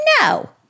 No